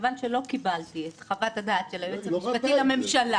כיוון שלא קיבלתי את חוות הדעת של היועץ המשפטי לממשלה